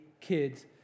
kids